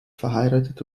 verheiratet